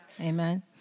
Amen